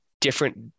different